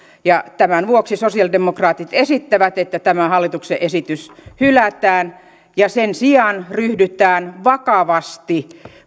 tämän vuoksi sosialidemokraatit esittävät että tämä hallituksen esitys hylätään ja sen sijaan ryhdytään vakavasti